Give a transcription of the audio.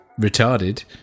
retarded